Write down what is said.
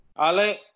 Ale